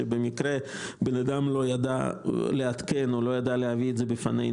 כמו למשל מקרה של אדם שלא ידע לעדכן או לא ידע להביא את זה לפנינו.